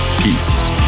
Peace